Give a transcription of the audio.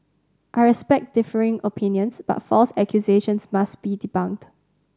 I respect differing opinions but false accusations must be debunked